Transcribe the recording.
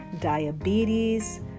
diabetes